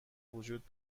وجود